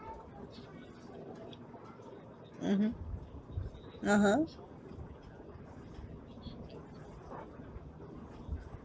mmhmm (uh huh)